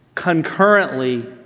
concurrently